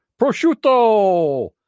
prosciutto